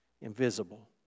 invisible